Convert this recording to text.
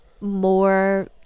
more